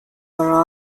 were